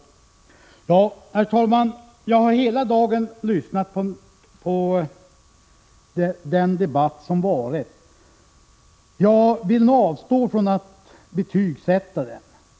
Herr talman! Jag har hela dagen lyssnat på debatten, och jag vill nog avstå från att betygsätta den.